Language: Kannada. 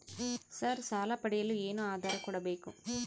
ಸರ್ ಸಾಲ ಪಡೆಯಲು ಏನು ಆಧಾರ ಕೋಡಬೇಕು?